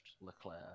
Leclerc